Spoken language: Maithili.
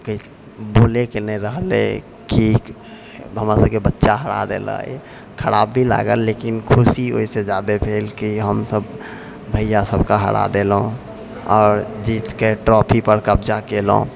कि बोलैके नहि रहलै कि हमरासबके बच्चा हरा देलक खराब भी लागल लेकिन खुशी ओहिसँ ज्यादे भेल कि हमसब भैआसबके हरा देलहुँ आओर जीतके ट्रॉफीपर कब्जा केलहुँ